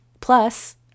Plus